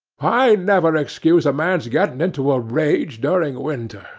i never excuse a man's getting into a rage during winter,